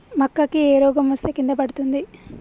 మక్కా కి ఏ రోగం వస్తే కింద పడుతుంది?